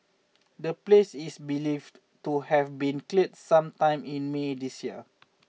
the place is believed to have been cleared some time in May this year